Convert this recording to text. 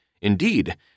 Indeed